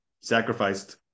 sacrificed